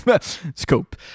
scope